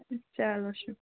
چَلو شُک